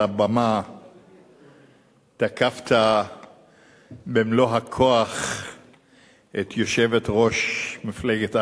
על הבמה תקפת במלוא הכוח את יושבת-ראש מפלגת העבודה.